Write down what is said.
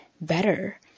better